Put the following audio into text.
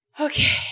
okay